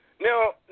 now